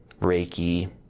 reiki